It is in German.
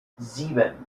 sieben